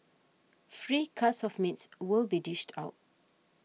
free cuts of meats will be dished out